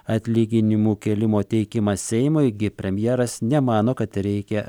atlyginimų kėlimo teikimas seimui gi premjeras nemano kad reikia